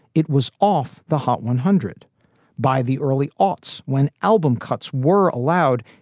it was off the hot one hundred by the early aughts when album cuts were allowed.